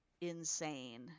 insane